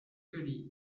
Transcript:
clearly